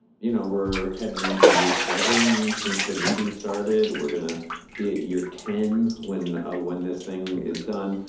you know, we're heading into year seven since the meeting started, we're gonna be at year ten when when this thing is done.